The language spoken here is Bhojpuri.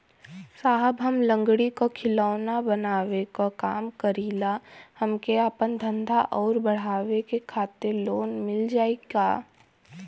साहब हम लंगड़ी क खिलौना बनावे क काम करी ला हमके आपन धंधा अउर बढ़ावे के खातिर लोन मिल जाई का?